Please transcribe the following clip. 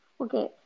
Okay